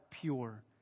pure